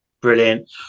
brilliant